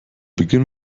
beginn